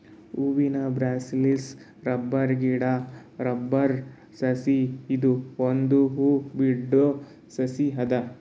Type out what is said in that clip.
Hevea brasiliensis rubber ಗಿಡಾ rubber ಸಸಿ ಇದು ಒಂದ್ ಹೂ ಬಿಡೋ ಸಸಿ ಅದ